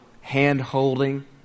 hand-holding